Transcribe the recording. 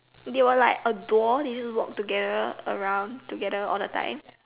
they were like a door they'll walk together around together all the time